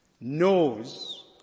knows